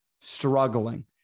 struggling